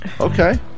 okay